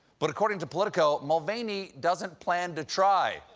but according to politico, mulvaney doesn't plan to try.